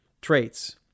traits